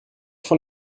von